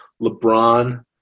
LeBron